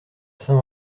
saint